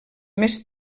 més